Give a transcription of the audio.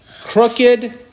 Crooked